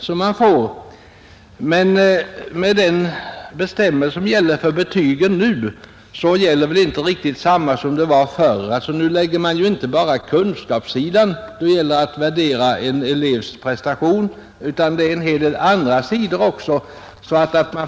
Men enligt de nuvarande bestämmelserna gäller ju inte riktigt samma ordning som förut. Nu lägger man inte bara vikt vid kunskapssidan när det gäller att värdera en elevs prestation, utan man tar hänsyn till en hel del andra sidor också.